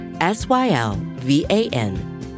S-Y-L-V-A-N